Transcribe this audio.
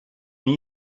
need